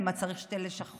למה צריך שתי לשכות?